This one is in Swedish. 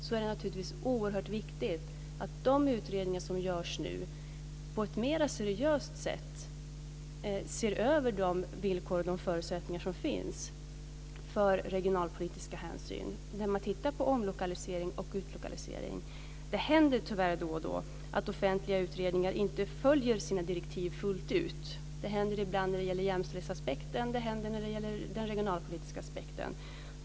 Det är naturligtvis oerhört viktigt att de utredningar som nu görs på ett mer seriöst sätt ser över de villkor och förutsättningar som finns för regionalpolitiska hänsyn. Man ska titta på omlokalisering och utlokalisering. Det händer tyvärr då och då att offentliga utredningar inte följer sina direktiv fullt ut. Det händer ibland när det gäller jämställdhetsaspekter, och det händer när det gäller regionalpolitiska aspekter.